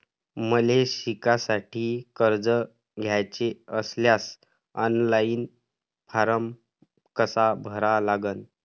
मले शिकासाठी कर्ज घ्याचे असल्यास ऑनलाईन फारम कसा भरा लागन?